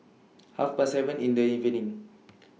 Half Past seven in The evening